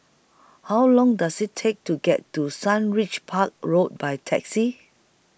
How Long Does IT Take to get to Sundridge Park Road By Taxi